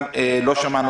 לא שמענו,